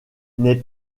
n’est